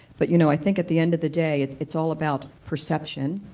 but you know i think at the end of the day it's it's all about perception,